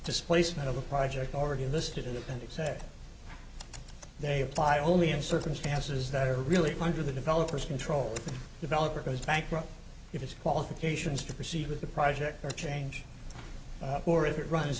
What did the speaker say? displacement of a project already listed in the and exact they apply only in circumstances that are really under the developers control the developer goes bankrupt if it's qualifications to proceed with the project or change or if it runs